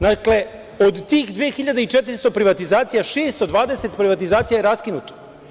Dakle, od tih 2.400 privatizacija, 620 privatizacija je raskinuto.